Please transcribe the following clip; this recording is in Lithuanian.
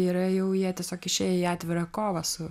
yra jau jie tiesiog išėję į atvirą kovą su